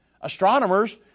Astronomers